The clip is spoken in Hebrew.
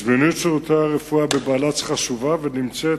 זמינות שירותי הרפואה בבהל"צ חשובה ועומדת